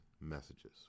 messages